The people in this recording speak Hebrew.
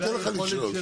אני הבנתי.